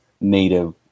native